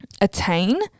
attain